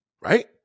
Right